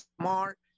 smart